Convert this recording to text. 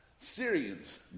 Syrians